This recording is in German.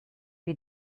wir